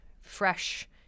fresh